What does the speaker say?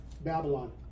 Babylon